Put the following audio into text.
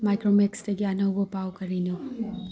ꯃꯥꯏꯀ꯭ꯔꯣꯃꯦꯛꯁꯇꯒꯤ ꯑꯅꯧꯕ ꯄꯥꯎ ꯀꯔꯤꯅꯣ